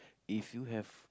if you have